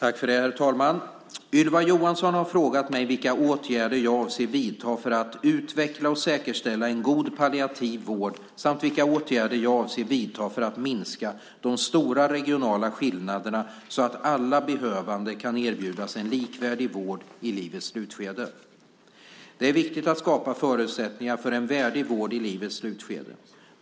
Herr talman! Ylva Johansson har frågat mig vilka åtgärder jag avser att vidta för att utveckla och säkerställa en god palliativ vård samt vilka åtgärder jag avser att vidta för att minska de stora regionala skillnaderna så att alla behövande kan erbjudas en likvärdig vård i livets slutskede. Det är viktigt att skapa förutsättningar för en värdig vård i livets slutskede.